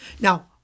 Now